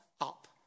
up